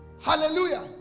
Hallelujah